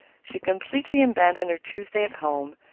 she completely abandoned her tuesdays at home,